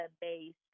based